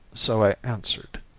so i answered